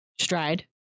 Stride